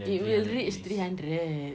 it will reach three hundred